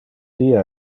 die